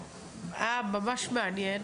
היה ממש מעניין,